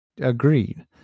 Agreed